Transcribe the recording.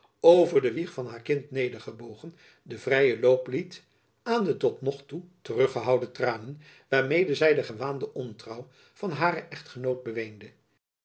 over de wieg van haar kind nedergebogen den vrijen loop liet aan de tot nog toe teruggehouden tranen waarmede zy de gewaande ontrouw van haren echtgenoot beweende